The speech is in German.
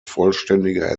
vollständige